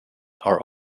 are